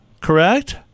correct